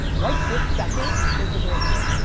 right this second, is the greatest.